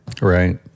Right